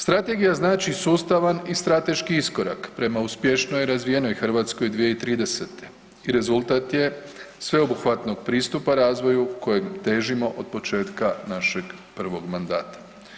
Strategija znači sustavan i strateški iskorak prema uspješnijoj i razvijenijoj Hrvatskoj 2030. i rezultat je sveobuhvatnog pristupa razvoju kojim težimo od početka našeg prvog mandata.